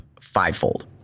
fivefold